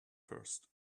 first